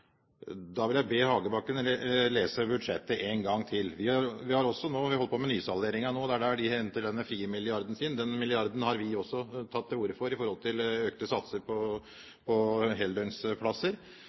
Da vil jeg be Hagebakken lese budsjettet en gang til. Vi holder nå på med nysalderingen, og det er der de henter den frie milliarden sin. Den milliarden har vi også tatt til orde for, i form av økte satser på